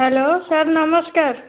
hello sir ନମସ୍କାର